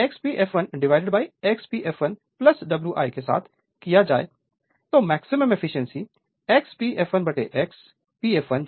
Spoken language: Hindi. फिर यह x P fl dividedx P fl Wi के साथ किया जाए तो maximum efficiency x P flx P fl 2 Wi है